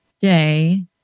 day